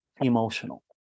emotional